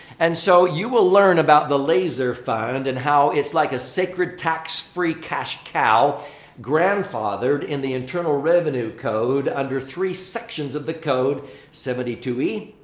and so, you will learn about the laser fund and how it's like a sacred tax-free cash cow grandfathered in the internal revenue code under three sections of the code seventy two e,